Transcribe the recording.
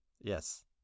Yes